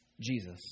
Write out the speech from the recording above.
Jesus